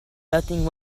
nothing